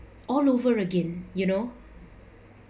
all over again you know